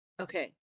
Okay